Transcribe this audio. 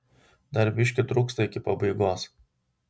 dar biškį trūksta iki pabaigos